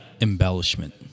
embellishment